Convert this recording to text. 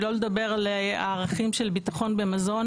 שלא לדבר על הערכים של ביטחון במזון